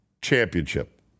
championship